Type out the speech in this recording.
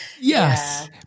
Yes